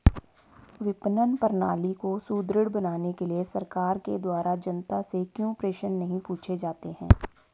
विपणन प्रणाली को सुदृढ़ बनाने के लिए सरकार के द्वारा जनता से क्यों प्रश्न नहीं पूछे जाते हैं?